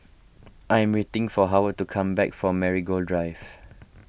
I am waiting for Howard to come back from Marigold Drive